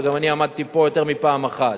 וגם אני עמדתי פה יותר מפעם אחת,